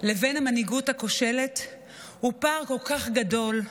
לבין המנהיגות הכושלת הוא פער כל כך גדול,